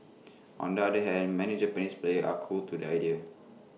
on the other hand many Japanese players are cool to the idea